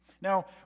Now